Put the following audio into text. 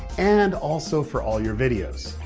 and also for all your videos.